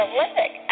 Olympic